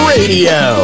Radio